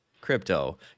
crypto